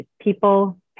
people